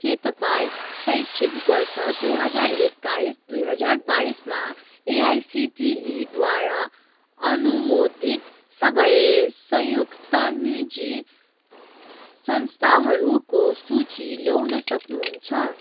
के तपाईँँ शैक्षिक वर्ष दुई हजार एक्काइस दुई हजार बाइसमा एआइसिटिईद्वारा अनुमोदित सबै संयुक्त निजी संस्थानहरूको सूची ल्याउन सक्नुहुन्छ